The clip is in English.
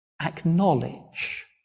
Acknowledge